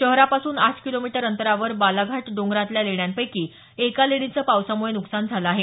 शहरापासून आठ किलोमीटर अंतरावर बालाघाट डोंगरातल्या लेण्यांपैकी एका लेणीचं पावसामुळे नुकसान झालं आहे